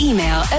Email